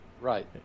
Right